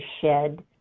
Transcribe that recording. shed